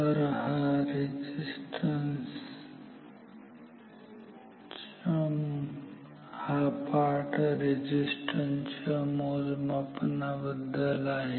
तर हा पाठ रेझिस्टन्स च्या मोजमापनाबद्दल आहे